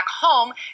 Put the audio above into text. home